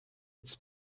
its